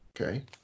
Okay